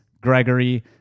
Gregory